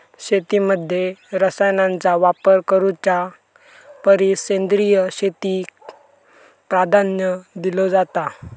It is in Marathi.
शेतीमध्ये रसायनांचा वापर करुच्या परिस सेंद्रिय शेतीक प्राधान्य दिलो जाता